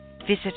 Visit